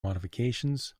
modifications